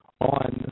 on